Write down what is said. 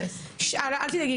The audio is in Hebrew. אל תדאגי,